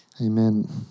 Amen